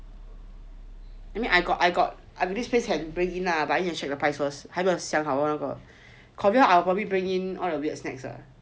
I mean I got I got I got this space can bring in lah but need to check the price first 还没有想好那个 Korea I'll probably bring in all the weird snacks ah